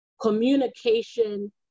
communication